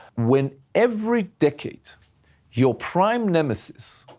when every decade your prime nemesis,